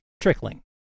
trickling